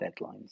deadlines